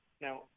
Now